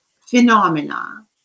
phenomena